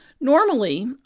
Normally